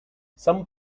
some